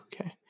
Okay